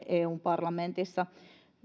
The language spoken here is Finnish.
eun parlamentissa